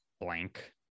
blank